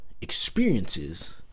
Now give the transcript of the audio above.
experiences